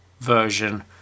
version